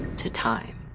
to time.